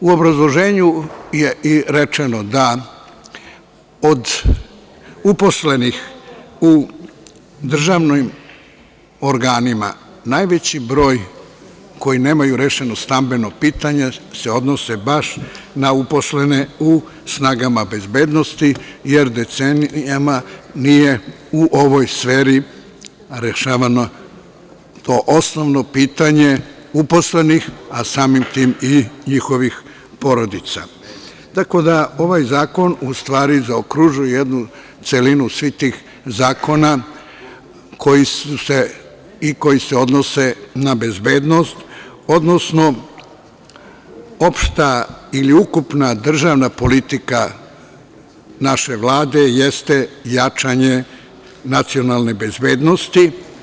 U obrazloženju je i rečeno da od uposlenih u državnim organima najveći broj koji nemaju rešeno stambeno pitanje se odnosi baš na uposlene u snagama bezbednosti, jer decenijama nije u ovoj sferi rešavano to osnovno pitanje uposlenih, a samim tim i njihovih porodica, tako da ovaj zakon zaokružuje jednu celinu svih tih zakona koji se odnose na bezbednost, odnosno opšta ili ukupna državna politika naše Vlade jeste jačanje nacionalne bezbednosti.